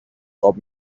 خواب